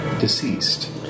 deceased